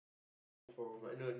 uniform